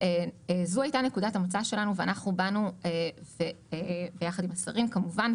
זו הייתה נקודת המוצא שלנו ביחד עם השרים כמובן,